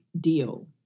deal